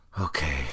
Okay